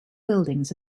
buildings